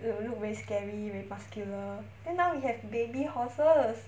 it will look very scary very muscular then now we have baby horses